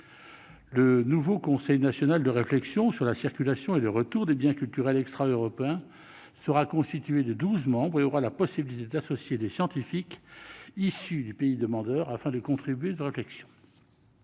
Le futur Conseil national de réflexion sur la circulation et le retour de biens culturels extra-européens comportera douze membres et aura la possibilité d'associer des scientifiques issus du pays demandeur, afin de contribuer à la réflexion.